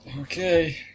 Okay